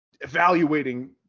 evaluating